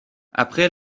après